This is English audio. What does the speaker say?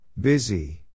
Busy